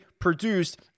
produced